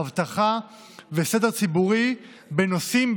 אבטחה וסדר ציבורי בנושאים,